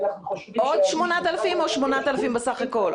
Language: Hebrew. עוד 8,000 או 8,000 בסך הכול?